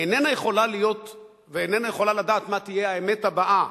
היא איננה יכולה להיות ואיננה יכולה לדעת מה תהיה האמת הבאה,